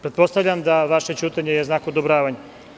Pretpostavljam da je vaše ćutanje znak odobravanja.